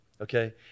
Okay